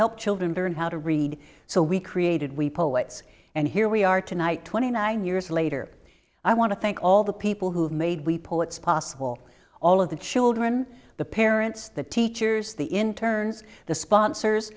help children learn how to read so we created we poets and here we are tonight twenty nine years later i want to thank all the people who have made we poets possible all of the children the parents the teachers the internes the sponsors